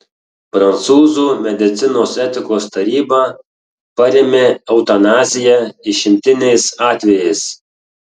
prancūzų medicinos etikos taryba parėmė eutanaziją išimtiniais atvejais